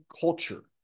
culture